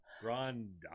Grand